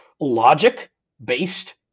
logic-based